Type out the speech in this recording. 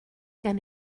gan